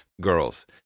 girls